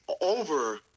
over